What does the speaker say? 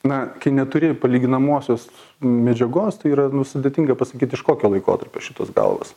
na kai neturi palyginamosios medžiagos tai yra sudėtinga pasakyt iš kokio laikotarpio šitos galvos